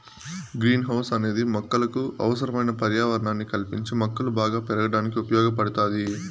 green house అనేది మొక్కలకు అవసరమైన పర్యావరణాన్ని కల్పించి మొక్కలు బాగా పెరగడానికి ఉపయోగ పడుతాది